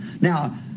Now